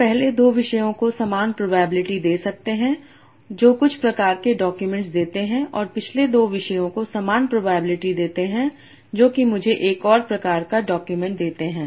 हम पहले 2 विषयों को समान प्रोबेबिलिटी दे सकते हैं जो कुछ प्रकार के डॉक्यूमेंट देते हैं और पिछले 2 विषयों को समान प्रोबेबिलिटी देते हैं जो कि मुझे एक और प्रकार का डॉक्यूमेंट देते हैं